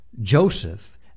Joseph